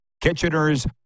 Kitchener's